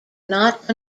not